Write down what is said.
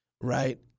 right